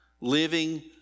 living